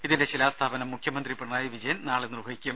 ഇതിന്റെ ശിലാസ്ഥാപനം മുഖ്യമന്ത്രി പിണറായി വിജയൻ നാളെ നിർവഹിക്കും